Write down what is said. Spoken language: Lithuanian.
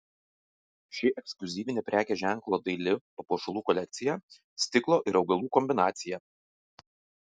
ši ekskliuzyvinė prekės ženklo daili papuošalų kolekcija stiklo ir augalų kombinacija